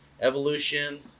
Evolution